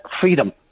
freedom